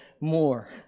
more